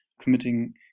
committing